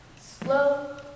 Slow